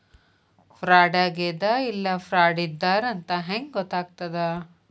ಫ್ರಾಡಾಗೆದ ಇಲ್ಲ ಫ್ರಾಡಿದ್ದಾರಂತ್ ಹೆಂಗ್ ಗೊತ್ತಗ್ತದ?